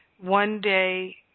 one-day